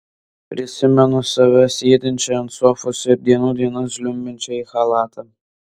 prisimenu save sėdinčią ant sofos ir dienų dienas žliumbiančią į chalatą